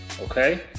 Okay